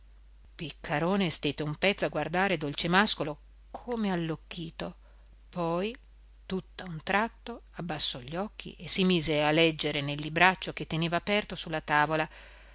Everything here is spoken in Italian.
piccarone stette un pezzo a guardare dolcemàscolo come allocchito poi tutt'a un tratto abbassò gli occhi e si mise a leggere nel libraccio che teneva aperto su la tavola